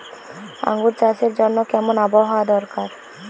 আঙ্গুর চাষের জন্য কেমন আবহাওয়া দরকার?